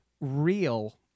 real